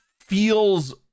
feels